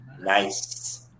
Nice